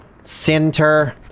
Center